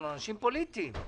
אנחנו אנשים פוליטיים.